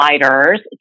providers